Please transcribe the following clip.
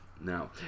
now